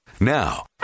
Now